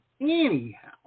anyhow